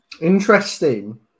Interesting